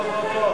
בוא,